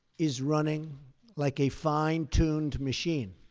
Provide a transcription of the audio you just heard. is running like a fine-tuned machine,